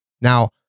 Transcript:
Now